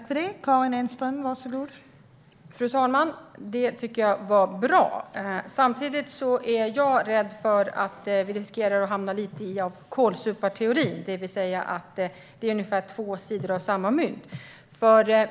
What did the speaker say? Fru talman! Det tycker jag var bra. Samtidigt är jag rädd för att vi riskerar att hamna i lite av en kålsuparteori, det vill säga att det liksom är två sidor av samma mynt.